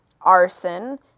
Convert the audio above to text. arson